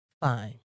Fine